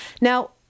Now